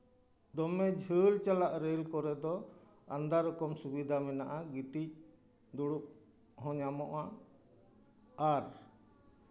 ᱫᱚᱢᱮ ᱡᱷᱟᱹᱞ ᱪᱟᱞᱟᱜ ᱨᱮᱹᱞ ᱠᱚᱨᱮ ᱫᱚ ᱟᱢᱫᱟ ᱨᱚᱠᱚᱢ ᱥᱩᱵᱤᱫᱷᱟ ᱢᱮᱱᱟᱜᱼᱟ ᱜᱤᱛᱤᱡ ᱫᱩᱲᱩᱵᱽ ᱦᱚᱸ ᱧᱟᱢᱚᱜᱼᱟ ᱟᱨ